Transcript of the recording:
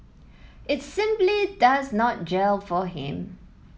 it simply does not gel for him